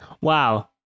wow